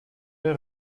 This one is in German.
der